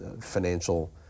financial